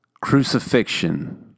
crucifixion